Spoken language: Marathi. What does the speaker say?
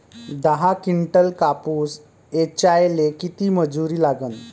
दहा किंटल कापूस ऐचायले किती मजूरी लागन?